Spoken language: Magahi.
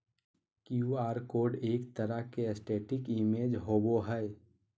क्यू आर कोड एक तरह के स्टेटिक इमेज होबो हइ